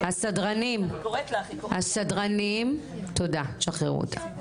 הסדרנים, תודה, שחררו אותה.